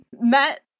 Met